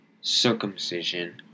circumcision